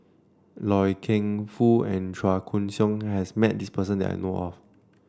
Loy Keng Foo and Chua Koon Siong has met this person that I know of